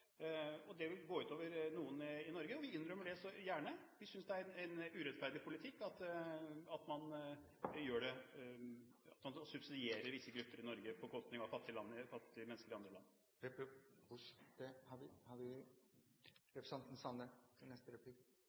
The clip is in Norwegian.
osv. Det vil gå ut over noen i Norge, og vi innrømmer det så gjerne. Vi synes det er en urettferdig politikk at man subsidierer visse grupper i Norge på bekostning av fattige mennesker i andre land. Ja, dette er interessant, for spørsmålet handlar ikkje om norsk landbruk. Det handlar rett og slett om det som Framstegspartiet har